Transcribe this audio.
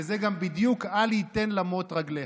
וזה גם בדיוק "אל יתן למוט רגלך".